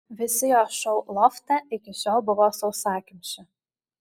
visi jo šou lofte iki šiol buvo sausakimši